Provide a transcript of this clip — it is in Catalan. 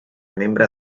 membre